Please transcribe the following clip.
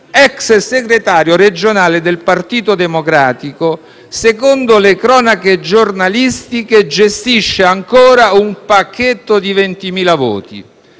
Ex segretario regionale del Partito Democratico, secondo le cronache giornalistiche gestisce ancora un pacchetto di 20.000 voti.